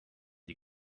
die